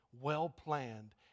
well-planned